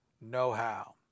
know-how